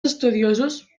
estudiosos